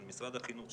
של משרד החינוך,